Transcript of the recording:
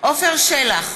עפר שלח,